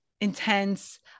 intense